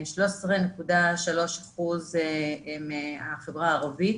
13.3% מהחברה הערבית